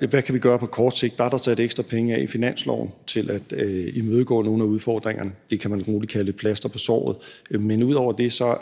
er: Hvad kan vi gøre på kort sigt? Dér er der sat ekstra penge af i finansloven til at imødegå nogle af udfordringerne. Det kan man roligt kalde et plaster på såret. Men ud over det kan